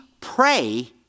pray